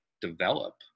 develop